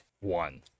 One